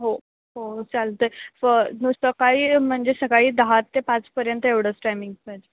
हो हो चालतंयपण मग सकाळी म्हणजे सकाळी दहा ते पाचपर्यंत एवढंच टायमिंग पाहिजे